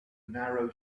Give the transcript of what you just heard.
narrow